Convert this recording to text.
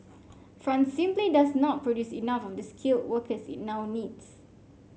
France simply does not produce enough of the skilled workers it now needs